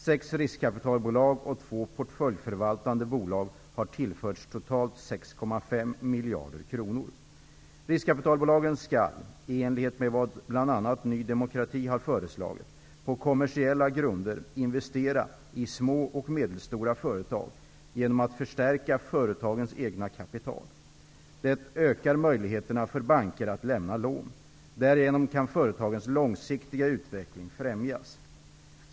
Sex riskkapitalbolag och två portföljförvaltande bolag har tillförts totalt 6,5 Ny demokrati har föreslagit -- på kommersiella grunder investera i små och medelstora företag, genom att förstärka företagens egna kapital. Det ökar möjligheterna för banker att lämna lån. Därigenom kan företagens långsiktiga utveckling främjas.